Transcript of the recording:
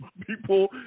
people